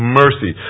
mercy